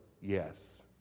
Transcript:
yes